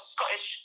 Scottish